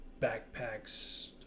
backpacks